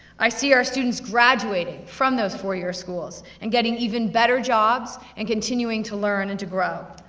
i see our students graduating from those four year schools, and getting even better jobs, and continuing to learn and to grow.